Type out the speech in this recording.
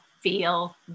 feel